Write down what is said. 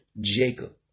Jacob